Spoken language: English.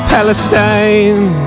Palestine